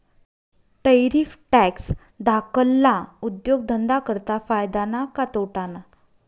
Tariff tax धाकल्ला उद्योगधंदा करता फायदा ना का तोटाना?